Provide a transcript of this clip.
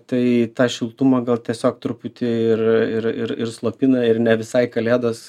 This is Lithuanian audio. tai tą šiltumą gal tiesiog truputį ir ir ir ir slopina ir ne visai kalėdos